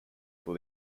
for